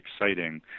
exciting